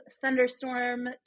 thunderstorm